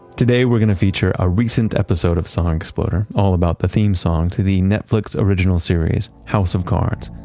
today we're going to feature a recent episode of song exploder, all about the theme song to the netflix original series, house of cards.